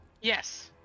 Yes